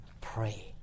pray